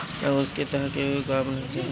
बिना घूस के तअ केहू काम नइखे करत